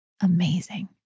Amazing